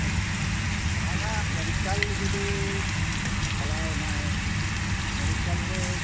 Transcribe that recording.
ᱦᱮᱸ ᱥᱮ ᱟᱨ ᱡᱟᱦᱟᱸ ᱱᱟᱦᱟᱜ ᱢᱮᱰᱤᱠᱮᱞ ᱡᱩᱫᱤ ᱪᱟᱞᱟᱣ ᱮᱱᱟᱭ ᱢᱮᱰᱤᱠᱮᱞ ᱨᱮ